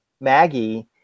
Maggie